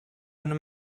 and